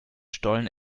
stollen